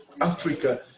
Africa